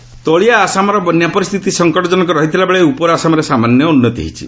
floods ତଳିଆ ଆସାମ୍ର ବନ୍ୟା ପରିସ୍ଥତି ସଙ୍କଟଜନକ ରହିଥିବାବେଳେ ଉପର ଆସାମ୍ରେ ସାମାନ୍ୟ ଉନ୍ନତି ହୋଇଛି